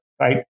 right